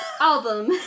album